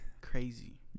crazy